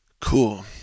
Cool